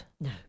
No